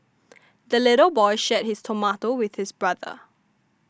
the little boy shared his tomato with his brother